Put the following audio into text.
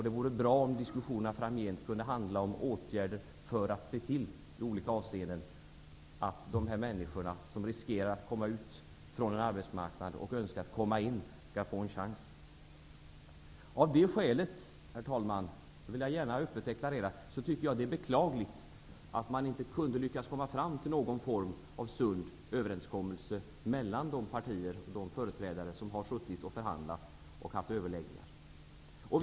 Det vore bra om diskussionerna framgent handlade om åtgärder för att se till att de människor som slås ut från arbetsmarknaden och önskar komma in igen får en chans. Herr talman! Det är därför beklagligt att man inte lyckades komma fram till någon form av sund överenskommelse mellan de partiers företrädare som har förhandlat och haft överläggningar.